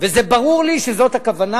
וברור לי שזאת הכוונה,